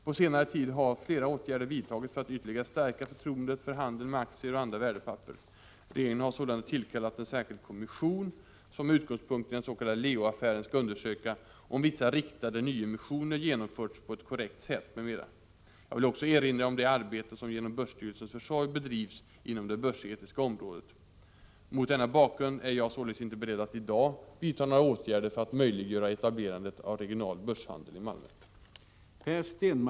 På senare tid har flera åtgärder vidtagits för att ytterligare stärka förtroendet för handeln med aktier och andra värdepapper. Regeringen har sålunda tillkallat en särskild kommission, som med utgångspunkt i den s.k. Leoaffären, skall undersöka om vissa riktade nyemissioner genomförts på ett korrekt sätt, m.m. Jag vill också erinra om det arbete som genom börsstyrelsens försorg bedrivs inom det börsetiska området. Mot denna bakgrund är jag således inte beredd att i dag vidta några åtgärder för att möjliggöra etablerandet av regional börshandel i Malmö.